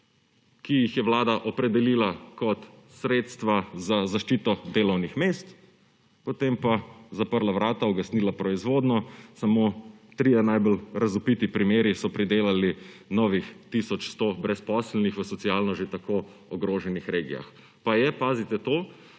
ki jih je Vlada opredelila kot sredstva za zaščito delovnih mest, potem pa zaprla vrata, ugasnila proizvodnjo. Samo trije najbolj razvpiti primeri so pridelali novih tisoč 100 brezposelnih v socialno že tako ogroženih regijah. Pa je, pazite to,